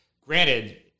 granted